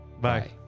Bye